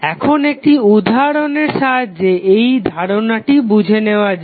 এখন একটি উদাহরণের সাহায্যে এই ধারনাটিকে বুঝে নেওয়া যাক